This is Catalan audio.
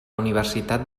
universitat